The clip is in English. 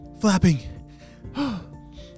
flapping